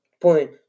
point